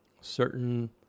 Certain